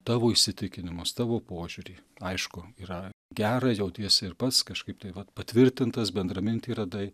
tavo įsitikinimus tavo požiūrį aišku yra gera jautiesi ir pats kažkaip tai vat patvirtintas bendramintį radai